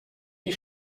die